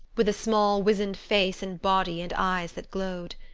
with a small weazened face and body and eyes that glowed.